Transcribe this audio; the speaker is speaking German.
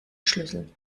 schlüssel